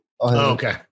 okay